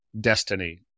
Destiny